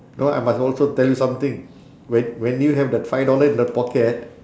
no I must also tell you something when when you have that five dollar in the pocket